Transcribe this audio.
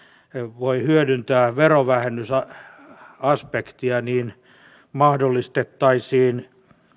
voi hyödyntää verovähennysaspektia mahdollistettaisiin